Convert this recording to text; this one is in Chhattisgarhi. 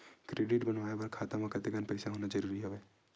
क्रेडिट बनवाय बर खाता म कतेकन पईसा होना जरूरी हवय?